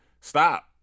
stop